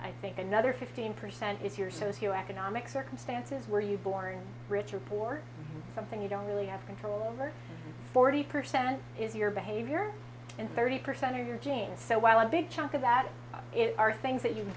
i think another fifteen percent is your socio economic circumstances were you born rich or poor something you don't really have control over forty percent is your behavior and thirty percent of your genes so while a big chunk of that are things that you